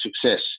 success